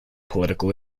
political